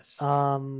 Yes